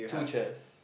two chairs